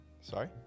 Sorry